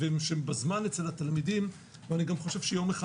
גברתי היושבת ראש, אני רוצה לומר משהו.